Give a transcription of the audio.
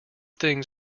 things